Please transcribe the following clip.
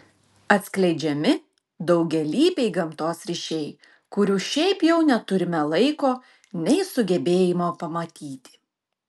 atskleidžiami daugialypiai gamtos ryšiai kurių šiaip jau neturime laiko nei sugebėjimo pamatyti